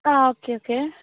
ആ okay okay